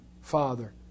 Father